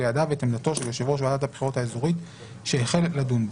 לידיו את עמדתו של יושב ראש ועדת הבחירות האזורית שהחל לדון בו,